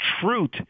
truth